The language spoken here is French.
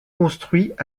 construit